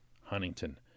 Huntington